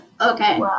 Okay